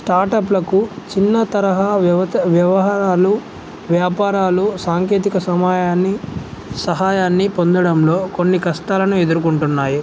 స్టార్టప్లకు చిన్న తరహ వ్యవత వ్యవహారాలు వ్యాపారాలు సాంకేతిక సమాయాన్ని సహాయాన్ని పొందడంలో కొన్ని కష్టాలను ఎదుర్కొంటున్నాయి